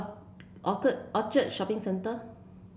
Orchard Shopping Centre